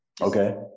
Okay